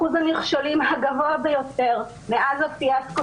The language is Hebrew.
אחוז הנכשלים הגבוה ביותר מאז הפיאסקו